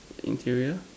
interior